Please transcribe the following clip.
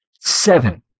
Seven